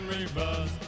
reverse